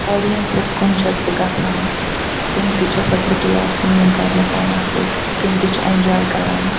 آڈیَنسَس کُن چھَس بہٕ گَژھان تِم تہِ چھَسَکھ بہٕ تُلان سِنگِنٛگ کَرنہٕ پانَس سۭتۍ تِم تہِ چھِ ایٚنجاے کران